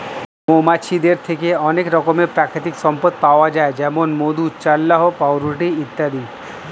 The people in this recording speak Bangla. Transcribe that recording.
মৌমাছিদের থেকে অনেক রকমের প্রাকৃতিক সম্পদ পাওয়া যায় যেমন মধু, চাল্লাহ্ পাউরুটি ইত্যাদি